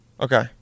Okay